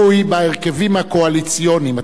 אין פה עניין של איזה היגיון.